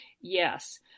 yes